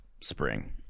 spring